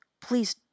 Please